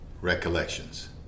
recollections